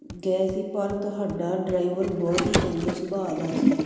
ਗਏ ਸੀ ਪਰ ਤੁਹਾਡਾ ਡਰਾਈਵਰ ਬਹੁਤ ਹੀ ਚੰਗੇ ਸੁਭਾਅ ਦਾ ਸੀ